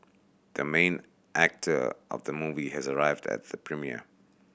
the main actor of the movie has arrived at the premiere